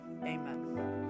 amen